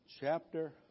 chapter